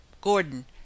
Gordon